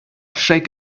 shake